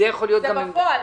זה בפועל.